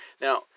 Now